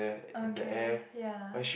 okay ya